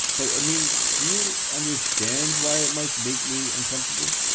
but i mean, do you understand why it might make me uncomfortable,